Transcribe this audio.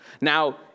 Now